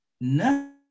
no